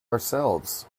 ourselves